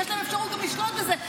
שיש להם אפשרות גם לשלוט בזה.